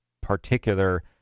particular